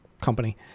company